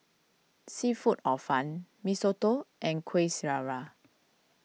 Seafood Hor Fun Mee Soto and Kueh Syara